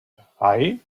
drei